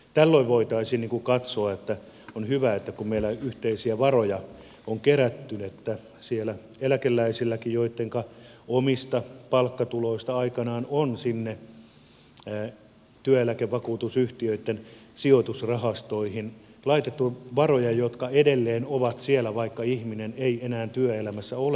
tällöin voitaisiin katsoa että on hyvä kun meillä yhteisiä varoja on kerätty että siellä on edustus eläkeläisilläkin joittenka omista palkkatuloista aikanaan on työeläkevakuutusyhtiöitten sijoitusrahastoihin laitettu varoja jotka edelleen ovat siellä vaikka ihminen ei enää työelämässä olekaan